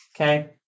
okay